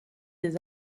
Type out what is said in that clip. des